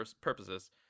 purposes